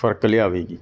ਫਰਕ ਲਿਆਵੇਗੀ